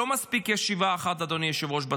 לא מספיקה ישיבה אחת בצפון,